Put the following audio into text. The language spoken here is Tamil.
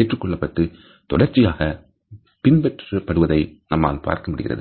ஏற்றுக்கொள்ளப்பட்டு தொடர்ச்சியாக பின்பற்றபடுவதை நம்மால் பார்க்க முடிகிறது